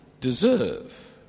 deserve